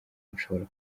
mushobora